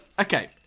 okay